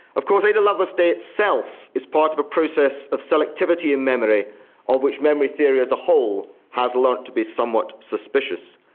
of course ada lovelace day itself is part of a process of selectivity and memory of which memory theory as a whole has learned to be somewhat suspicious.